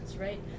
right